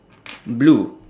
blue